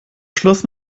schluss